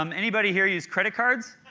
um anybody here use credit cards?